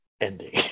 ending